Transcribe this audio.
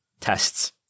Tests